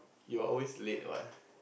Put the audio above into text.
you're always late what